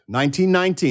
1919